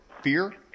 fear